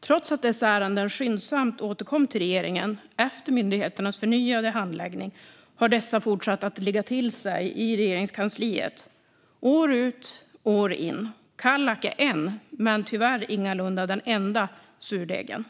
Trots att dessa ärenden skyndsamt återkom till regeringen efter myndigheternas förnyade handläggning har de fortsatt att ligga till sig i Regeringskansliet - år ut, år in. Kallak är en, men tyvärr ingalunda den enda, surdegen.